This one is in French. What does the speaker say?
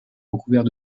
recouverts